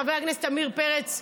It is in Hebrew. חבר הכנסת עמיר פרץ,